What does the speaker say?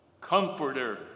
comforter